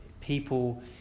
people